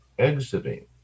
exiting